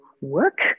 work